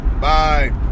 Bye